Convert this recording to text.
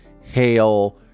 hail